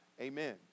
Amen